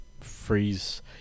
freeze